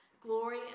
glory